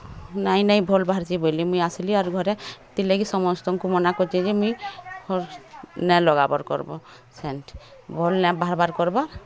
ନାଇଁ ନାଇଁ ଭଲ୍ ବାହାରିଚି ବୋଲି ମୁଇଁ ଆସିଲି ଘରେ ସେଥିଲାଗି ସମସ୍ତଙ୍କୁ ମନା କରିଚି ଯେ ମୁଇଁ ନାଇଁ ଲଗାବର୍ କର୍ବୋ ସେଣ୍ଟ୍ ଭଲ୍ ନାଇଁ ବାହାବର କର୍ବୋ